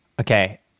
Okay